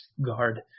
guard